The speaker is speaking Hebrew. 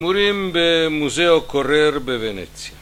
מורים במוזיאון קורר בוונציה